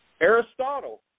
Aristotle